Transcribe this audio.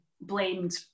blamed